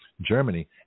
Germany